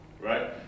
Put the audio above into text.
Right